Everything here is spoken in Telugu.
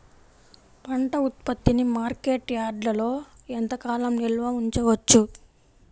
పంట ఉత్పత్తిని మార్కెట్ యార్డ్లలో ఎంతకాలం నిల్వ ఉంచవచ్చు?